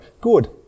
good